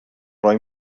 roi